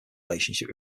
relationship